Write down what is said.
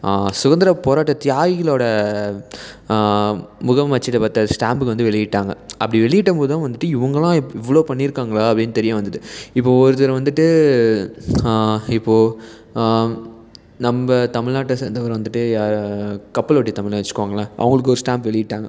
சுதந்திர போராட்ட தியாகிகளோட முகம் அச்சிடப்பட்ட ஸ்டாம்ப்புங்க வந்து வெளியிட்டாங்க அப்படி வெளியிட்ட போது தான் வந்துட்டு இவர்களாம் இவ்வளோ பண்ணியிருக்காங்களா அப்படின் தெரிய வந்துது இப்போது ஒருத்தர் வந்துட்டு இப்போது நம்ம தமிழ் நாட்டை சேர்ந்தவரு வந்துட்டு யா கப்பலோட்டிய தமிழின் வச்சுக்கோங்களேன் அவங்களுக்கு ஒரு ஸ்டாம்ப் வெளியிட்டாங்க